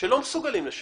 שלא מסוגלים לשלם,